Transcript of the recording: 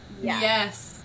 yes